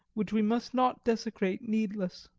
which we must not desecrate needless.